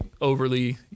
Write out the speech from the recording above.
overly